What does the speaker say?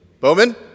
Bowman